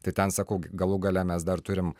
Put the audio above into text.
tai ten sakau galų gale mes dar turim